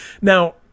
Now